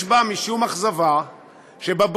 יש בה משום אכזבה שבברית,